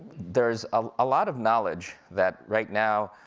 there's a lot of knowledge that right now,